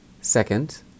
Second